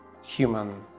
human